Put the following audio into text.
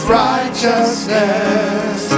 righteousness